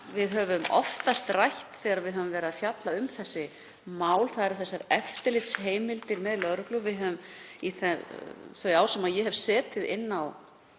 við höfum oftast rætt þegar við höfum verið að fjalla um þessi mál, þ.e. eftirlitsheimildir með lögreglu. Í þau ár sem ég hef setið í